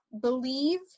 believe